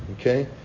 okay